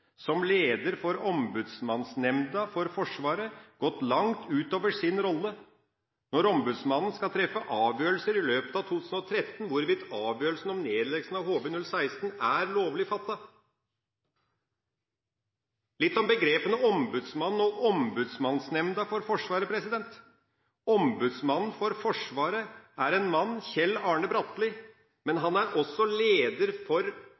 som leder for Ombudsmannsnemnda for Forsvaret, gått langt ut over sin rolle når Ombudsmannen skal treffe avgjørelse i løpet av 2013 om hvorvidt avgjørelsen om nedleggelsen av HV-016 er lovlig fattet. Litt om begrepene «Ombudsmann» og «Ombudsmannsnemnda for Forsvaret»: Ombudsmannen for Forsvaret er en mann, Kjell Arne Bratli, men han er også leder for